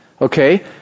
Okay